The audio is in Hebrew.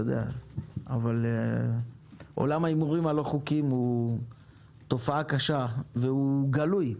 אבל עולם ההימורים הלא חוקיים הוא תופעה קשה והוא גלוי.